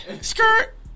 Skirt